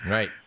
Right